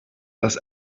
das